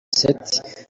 seth